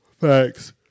Thanks